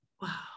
Wow